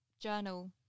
journal